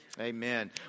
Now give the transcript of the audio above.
Amen